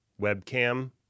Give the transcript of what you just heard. webcam